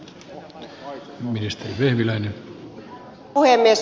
arvoisa puhemies